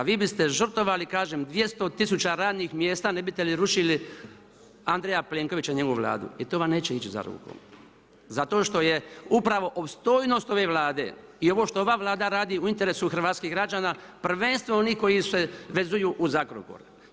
Vi biste žrtvovali, kažem, 200 tisuća radnih mjesta ne biste li rušili Andreja Plenkovića i njegovu Vladu i to vam neće ići za rukom zato što je upravo opstojnost ove Vlade i ovo što ova Vlada radi u interesu hrvatskih građana prvenstveno onih koji se vezuju uz Agrokor.